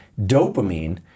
dopamine